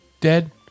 dead